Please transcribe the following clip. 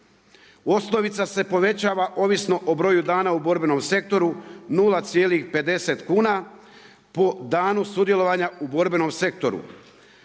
Osnovica se povećava ovisno o broju dana u borbenom sektoru 0,50 kuna po danu sudjelovanja u borbenom sektoru.